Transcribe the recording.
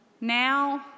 Now